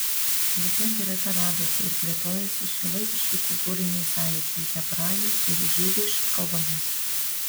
lygia greta radosi ir plėtojosi šiuolaikiški kultūriniai sąjūdžiai hebrajų ir jidiš kalbomis